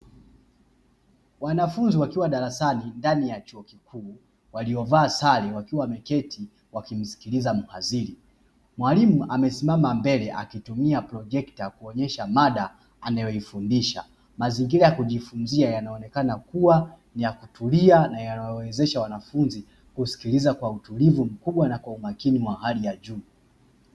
Wanafunzi wakiwa darasani ndani ya chuo kikuu waliovaa sare wakiwa wameketi wakimsikiliza mhadhiri, mwalimu amesimama mbele akitumia projekta kuonyesha mada anayoifundisha. Mazingira ya kujifunzia yanaonekana kuwa ya kutulia na yanayowezesha wanafunzi kusikiliza kwa utulivu mkubwa na kwa umakini wa hali ya juu.